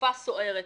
תקופה סוערת,